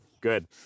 Good